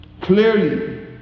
Clearly